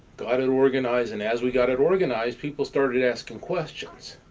got it organized, and as we got it organized, people started asking questions.